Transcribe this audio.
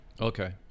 Okay